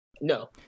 No